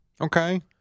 Okay